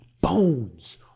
bones